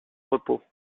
repos